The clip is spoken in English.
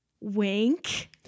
Wink